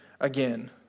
again